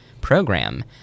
program